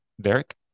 Derek